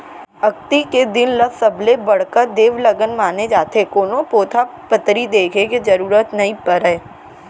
अक्ती के दिन ल सबले बड़का देवलगन माने जाथे, कोनो पोथा पतरी देखे के जरूरत नइ परय